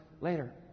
later